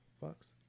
Fox